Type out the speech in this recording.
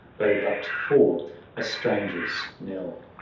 though but for a stranger's knell.